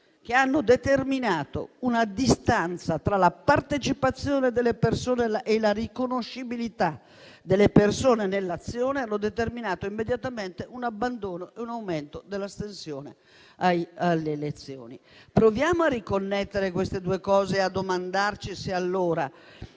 che hanno determinato distanza tra la partecipazione delle persone e la riconoscibilità delle persone in azione, hanno determinato immediatamente un abbandono e un aumento dell'astensione alle elezioni. Proviamo a riconnettere queste due cose e a domandarci se, allora,